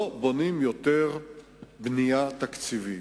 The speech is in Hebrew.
לא בונים יותר בנייה תקציבית.